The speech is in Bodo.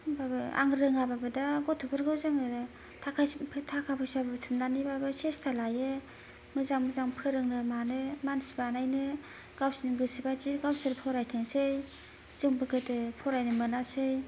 होमबाबो आं रोङाबाबो दा गथ'फोरखौ आं थाखा फैसा बुथुमनानैबाबो सेस्था लायो मोजां मोजां फोरोंनो मानो मानसि बानायनो गावसोरनि गोसो बायदियै गावसोर फरायथोंसै जोंबो गोदो फरायनो मोनासै